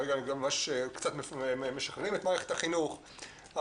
כרגע קצת משחררים את מערכת החינוך,